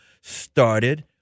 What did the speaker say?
started